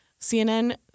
CNN